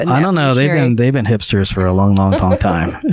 and i don't know. they've yeah and they've been hipsters for a long, long, long time.